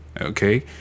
okay